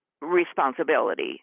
responsibility